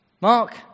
Mark